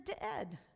dead